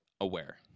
aware